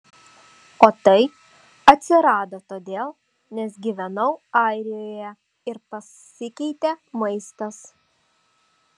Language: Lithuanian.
o tai atsirado todėl nes gyvenau airijoje ir pasikeitė maistas